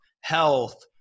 health